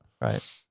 Right